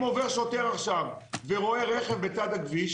אם עובר שוטר ורואה רכב בצד הכביש,